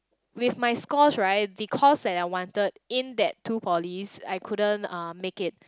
with my scores right the course that I wanted in that two polys I couldn't uh make it